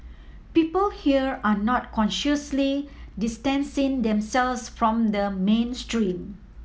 people here are not consciously distancing themselves from the mainstream